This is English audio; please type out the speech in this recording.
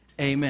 amen